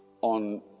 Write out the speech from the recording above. on